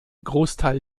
großteil